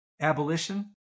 abolition